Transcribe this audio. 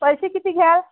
पैसे किती घ्याल